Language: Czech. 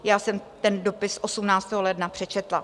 Já jsem ten dopis 18. ledna přečetla.